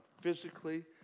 Physically